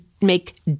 make